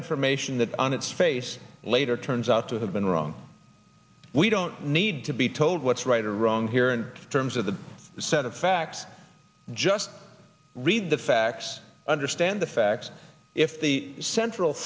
information that on its face later turns out to have been wrong we don't need to be told what's right or wrong here in terms of the set of facts just read the facts understand the facts if the central